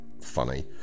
funny